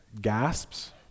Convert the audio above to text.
gasps